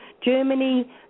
Germany